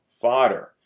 fodder